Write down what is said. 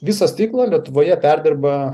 visą stiklą lietuvoje perdirba